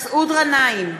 מסעוד גנאים,